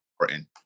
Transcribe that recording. important